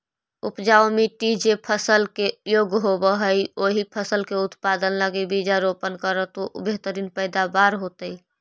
उपजाऊ मट्टी जे फसल के योग्य होवऽ हई, ओही फसल के उत्पादन लगी बीजारोपण करऽ तो बेहतर पैदावार होतइ